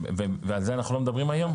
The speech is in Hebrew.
ועל זה אנחנו לא מדברים היום?